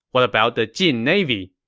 what about the jin navy?